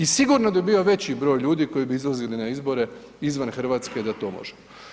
I sigurno bi bio veći broj ljudi koji bi izlazili na izbore izvan Hrvatske da to može.